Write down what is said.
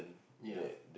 ya